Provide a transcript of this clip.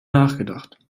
nachgedacht